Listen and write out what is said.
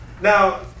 Now